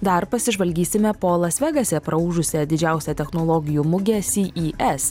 dar pasižvalgysime po las vegase praūžusią didžiausią technologijų mugę sy y es